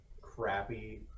crappy